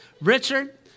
Richard